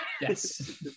Yes